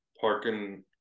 Parking